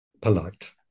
Polite